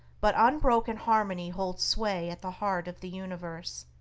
but unbroken harmony holds sway at the heart of the universe.